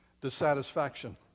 dissatisfaction